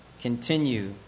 continue